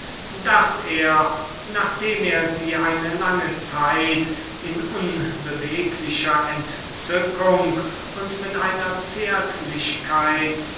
daß er nachdem er sie eine lange zeit in unbeweglicher entzückung und mit einer zärtlichkeit